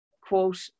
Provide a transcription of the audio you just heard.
quote